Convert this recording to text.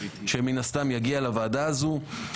שמן הסתם יגיעו לוועדה הזו.